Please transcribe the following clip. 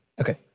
okay